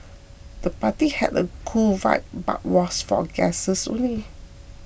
the party had a cool vibe but was for guests only